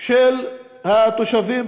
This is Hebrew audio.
של התושבים,